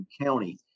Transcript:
County